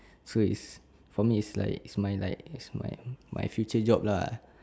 so it's for me it's like it's my like it's my my my future job lah